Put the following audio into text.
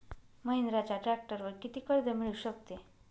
महिंद्राच्या ट्रॅक्टरवर किती कर्ज मिळू शकते?